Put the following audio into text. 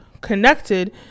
connected